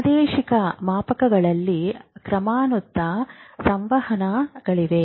ಪ್ರಾದೇಶಿಕ ಮಾಪಕಗಳಲ್ಲಿ ಕ್ರಮಾನುಗತ ಸಂವಹನಗಳಿವೆ